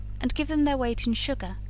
and give them their weight in sugar,